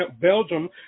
Belgium